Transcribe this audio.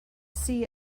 see